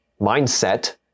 mindset